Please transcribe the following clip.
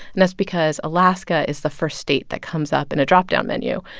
and that's because alaska is the first state that comes up in a drop-down menu.